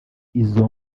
izo